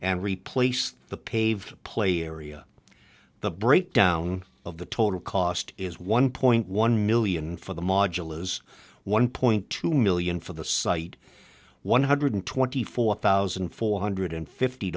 and replace the paved play area the breakdown of the total cost is one point one million for the modulus one point two million for the site one hundred twenty four thousand four hundred fifty